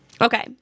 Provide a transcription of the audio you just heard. Okay